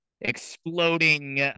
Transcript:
exploding